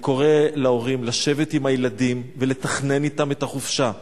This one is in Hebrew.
אני קורא להורים לשבת עם הילדים ולתכנן אתם את החופשה,